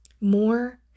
more